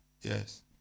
Yes